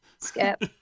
skip